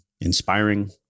inspiring